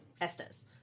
Estes